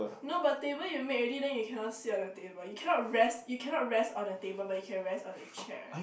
no but table you make ready then you cannot sit on the table you cannot rest you cannot rest on a table but you can rest on a chair